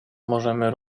możemy